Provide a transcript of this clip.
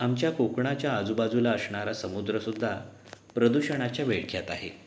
आमच्या कोकणाच्या आजूबाजूला असणारा समुद्रसुद्धा प्रदूषणाच्या विळख्यात आहे